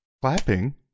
clapping